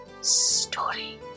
story